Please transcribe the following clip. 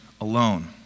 alone